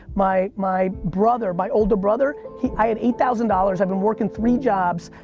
my my brother, my older brother, he i had eight thousand dollars, i've been working three jobs,